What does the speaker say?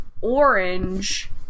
orange